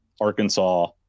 Arkansas